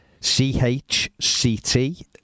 CHCT